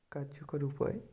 কার্যকর উপায়